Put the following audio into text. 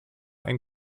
ein